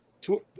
Two